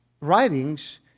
writings